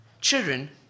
Children